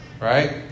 right